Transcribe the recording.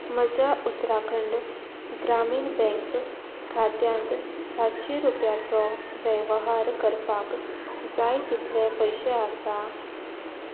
म्हज्या उत्तराखंड ग्रामीण बँक खात्यांत सातशी रुपयांचो वेवहार करपाक जाय तितले पयशे आसा